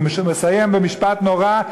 הוא מסיים במשפט נורא,